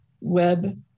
Web